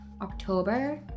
October